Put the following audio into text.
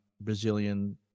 Brazilian